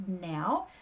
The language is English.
now